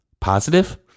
Positive